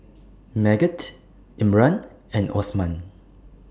Megat Imran and Osman